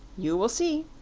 you will see.